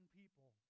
people